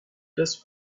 this